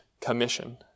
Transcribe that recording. commission